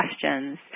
questions